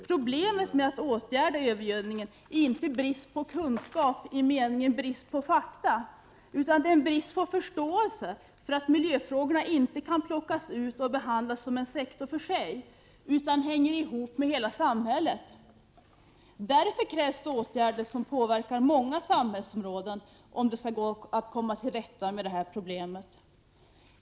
Problemet med att åtgärda övergödningen är inte brist på kunskap i meningen brist på fakta, utan det rör sig om en brist på förståelse för att miljöfrågorna inte kan plockas ut och behandlas som en sektor för sig, utan hänger ihop med förhållandena i hela samhället. Om man skall kunna komma till rätta med det här. problemet, krävs det därför åtgärder som påverkar många samhällsområden.